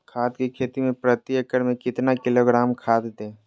धान की खेती में प्रति एकड़ में कितना किलोग्राम खाद दे?